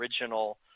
original